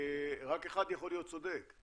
רק אחד יכול להיות צודק.